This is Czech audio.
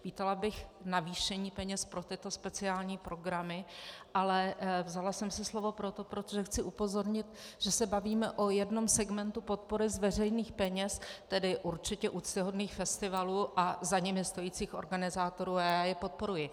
Vítala bych navýšení peněz pro tyto speciální programy, ale vzala jsem si slovo pro to, protože chci upozornit, že se bavíme o jednom segmentu podpory z veřejných peněz, tedy určitě úctyhodných festivalů a za nimi stojících organizátorů a já je podporuji.